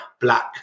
black